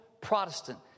Protestant